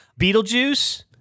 Beetlejuice